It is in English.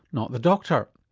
not the doctor.